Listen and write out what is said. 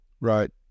Right